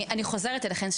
אני חוזרת אליכן,